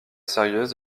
sérieuse